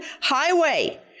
Highway